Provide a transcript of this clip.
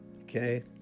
okay